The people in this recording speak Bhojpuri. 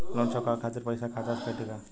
लोन चुकावे खातिर पईसा खाता से कटी का?